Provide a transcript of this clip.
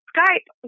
Skype